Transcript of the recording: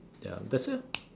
ya that's it lah